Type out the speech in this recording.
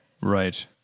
Right